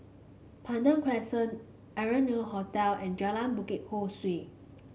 Pandan Crescent Arianna Hotel and Jalan Bukit Ho Swee